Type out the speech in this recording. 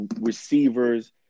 receivers